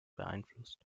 beeinflusst